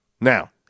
Now